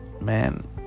man